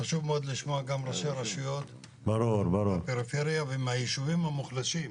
חשוב מאוד לשמוע גם ראשי רשויות מהפריפריה ומהיישובים המוחלשים.